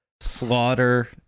Slaughter